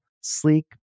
sleek